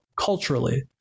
culturally